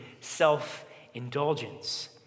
self-indulgence